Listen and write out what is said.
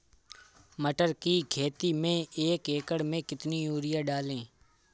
मटर की खेती में एक एकड़ में कितनी यूरिया डालें?